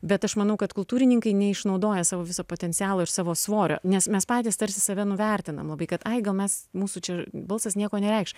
bet aš manau kad kultūrininkai neišnaudoja savo viso potencialo ir savo svorio nes mes patys tarsi save nuvertina labai kad tai gal mes mūsų čia balsas nieko nereikš